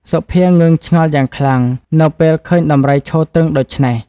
សុភាងឿងឆ្ងល់យ៉ាងខ្លាំង នៅពេលឃើញដំរីឈរទ្រឹងដូច្នេះ ។